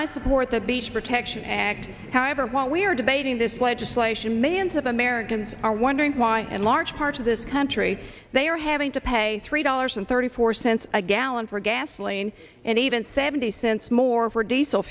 i support the beach protection act however while we are debating this legislation millions of americans are wondering why and large parts of this country they are having to pay three dollars and thirty four cents a gallon for gasoline and even seventy cents more for diesel